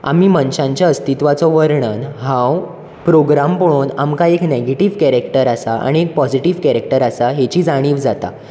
आमी मनशांच्या अस्तित्वाचो वर्णन हांव प्रोग्राम पळोवन आमकां एक नॅगेटीव्ह कॅरेक्टर आसा आनी एक पॉझीटीव्ह कॅरेक्टर आसा हेची जाणीव जाता